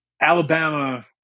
Alabama